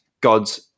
gods